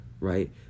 right